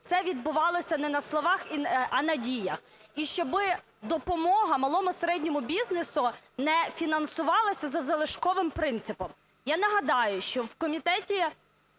це відбувалося не на словах, а на діях, і щоб допомога малому і середньому бізнесу не фінансувалася за залишковим принципом. Я нагадаю, що в Комітеті